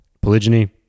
Polygyny